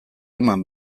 eman